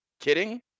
kidding